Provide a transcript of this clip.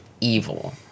evil